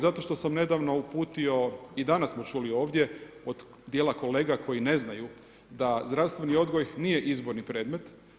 Zato što sam nedavno uputio i danas smo čuli ovdje od dijela kolega koji ne znaju da zdravstveni odgoj nije izborni predmet.